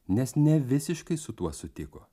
nes ne visiškai su tuo sutiko